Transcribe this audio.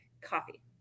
coffee